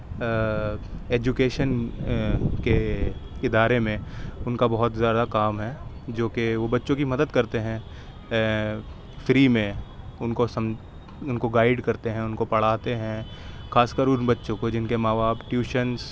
ایجوکیش کے ادارے میں ان کا بہت زیادہ کام ہے جو کہ وہ بچوں کی مدد کرتے ہیں فری میں ان کو سم ان کو گائڈ کرتے ہیں ان کو پڑھاتے ہیں خاص کر ان بچوں کو جن کے ماں باپ ٹیوشنس